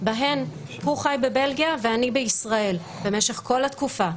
בהן הוא חי בבלגיה ואני בישראל במשך כל התקופה.